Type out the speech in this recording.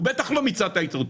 הוא בטח לא מיצה את היתרות,